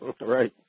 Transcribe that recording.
Right